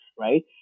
Right